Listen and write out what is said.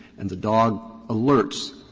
and the dog alerts,